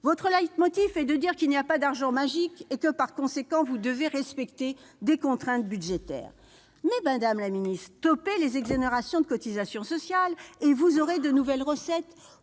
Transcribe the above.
Votre leitmotiv est qu'il n'y a pas d'argent magique et que, par conséquent, vous devez respecter les contraintes budgétaires. Mais, madame la ministre, faites cesser les exonérations de cotisations sociales et vous aurez de nouvelles recettes,